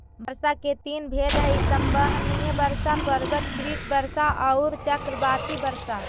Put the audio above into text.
वर्षा के तीन भेद हई संवहनीय वर्षा, पर्वतकृत वर्षा औउर चक्रवाती वर्षा